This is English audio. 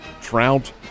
Trout